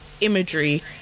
imagery